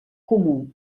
comú